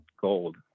gold